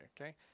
okay